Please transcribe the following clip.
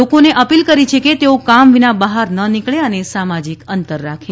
લોકોને અપીલ કરી છે કે તેઓ કામવિના બહાર ન નિકળે અને સામાજિક અંતર રાખે